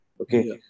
Okay